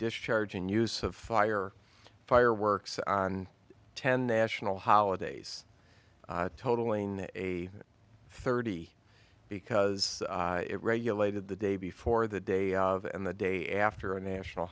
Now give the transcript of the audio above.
discharge and use of fire fireworks on ten national holidays totaling a thirty because it regulated the day before the day and the day after a national